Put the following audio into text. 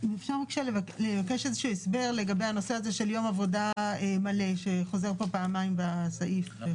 אני מבקשת הסבר לגבי הנושא של יום עבודה מלא שחוזר פעמיים בסעיף.